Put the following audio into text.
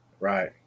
Right